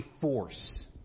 force